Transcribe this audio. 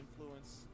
influence